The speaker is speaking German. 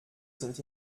sind